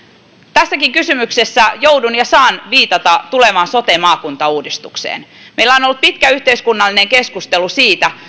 tässäkin kysymyksessä joudun viittaamaan ja saan viitata tulevaan sote maakuntauudistukseen meillä on ollut pitkä yhteiskunnallinen keskustelu siitä